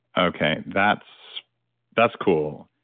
okay, that's that's cool.